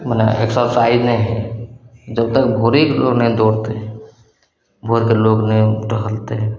मने एक्सरसाइज नहि हइ जब तक भोरेके लोग नहि दौड़तय भोरेके लोग नहि टहलतय